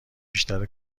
بیشتر